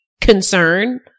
concern